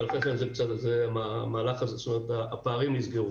אבל אחרי כן הפערים נסגרו.